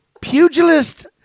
pugilist